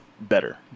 better